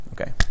Okay